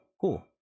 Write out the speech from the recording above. Cool